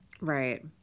Right